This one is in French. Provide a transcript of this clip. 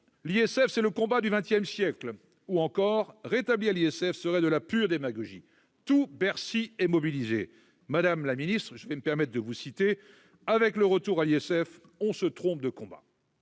L'ISF, c'est le combat du XX siècle », ou encore :« Rétablir l'ISF serait de la pure démagogie ». Tout Bercy est mobilisé. Madame la secrétaire d'État, je me permets de vous citer :« Avec le retour à l'ISF, on se trompe de combat.